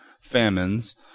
famines